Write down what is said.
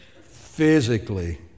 physically